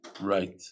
Right